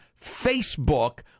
Facebook